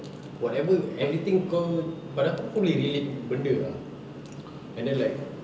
whatever everything kau pada aku aku boleh relate ni benda ah and then like